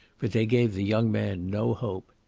but they gave the young man no hope.